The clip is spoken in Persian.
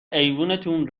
ایوونتون